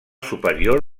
superior